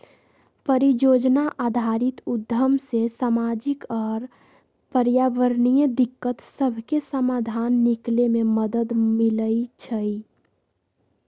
परिजोजना आधारित उद्यम से सामाजिक आऽ पर्यावरणीय दिक्कत सभके समाधान निकले में मदद मिलइ छइ